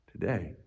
today